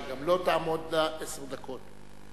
שגם לו תעמודנה עשר דקות.